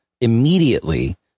immediately